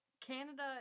canada